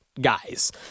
guys